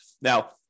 Now